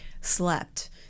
slept